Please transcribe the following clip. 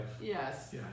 yes